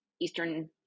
eastern